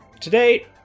Today